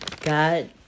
God